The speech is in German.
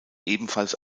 ebenfalls